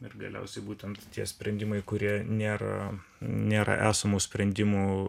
ir galiausiai būtent tie sprendimai kurie nėra nėra esamų sprendimų